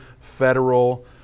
federal